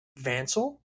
Vansel